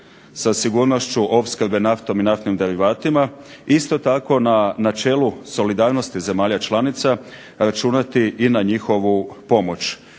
sa sigurnošću opskrbe naftom i naftnim derivatima isto tako na načelu solidarnosti zemalja članica računati i na njihovu pomoć.